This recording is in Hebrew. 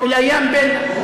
זה חלק מההצגה שלו.